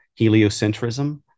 heliocentrism